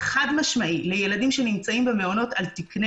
חד משמעי לילדים שנמצאים במעונות על תקני